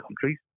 countries